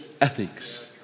ethics